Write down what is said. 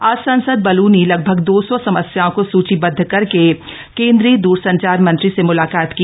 आज सांसद बलूनी लगभग दो सौ समस्याओं को सूचीबद्ध करके केंद्रीय द्रसंचार मंत्री से मुलाकात की